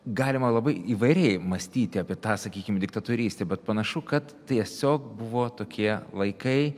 galima labai įvairiai mąstyti apie tą sakykim diktatorystę bet panašu kad tiesiog buvo tokie laikai